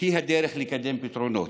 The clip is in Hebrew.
זו הדרך לקדם פתרונות,